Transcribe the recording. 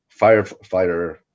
firefighter